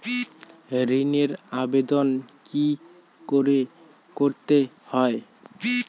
ঋণের আবেদন কি করে করতে হয়?